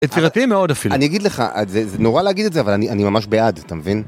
יצירתי מאוד אפילו. אני אגיד לך, זה נורא להגיד את זה, אבל אני ממש בעד, אתה מבין?